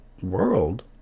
world